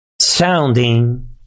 Sounding